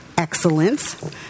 Excellence